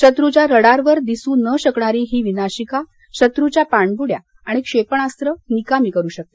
शत्रच्या रडारवर दिसू नं शकणारी ही विनाशिका शत्रच्या पाणबुड्या आणि क्षेपणास्त्रं निकामी करू शकते